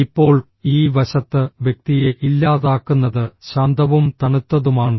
ഇപ്പോൾ ഈ വശത്ത് വ്യക്തിയെ ഇല്ലാതാക്കുന്നത് ശാന്തവും തണുത്തതുമാണ്